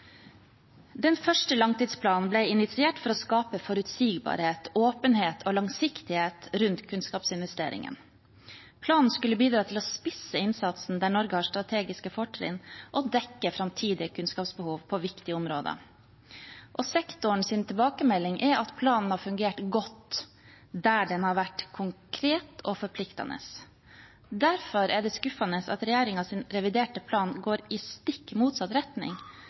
Den første langtidsplanen ble initiert for å skape forutsigbarhet, åpenhet og langsiktighet rundt kunnskapsinvesteringene. Planen skulle bidra til å spisse innsatsen der Norge har strategiske fortrinn, og dekke framtidige kunnskapsbehov på viktige områder. Sektorens tilbakemelding er at planen har fungert godt der den har vært konkret og forpliktende. Derfor er det skuffende at regjeringens reviderte plan går i stikk motsatt retning.